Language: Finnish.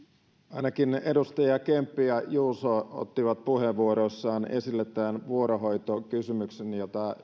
ainakin edustajat kemppi ja juuso ottivat puheenvuoroissaan esille tämän vuorohoitokysymyksen jota